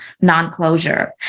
non-closure